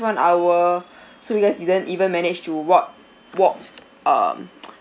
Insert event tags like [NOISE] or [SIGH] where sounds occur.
one hour so you guys didn't even manage to walk walk um [NOISE]